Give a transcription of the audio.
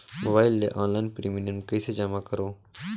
Mobile ले online premium कइसे जमा करों?